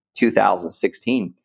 2016